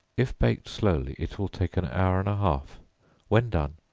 if baked slowly, it will take an hour and a half when done,